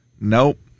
Nope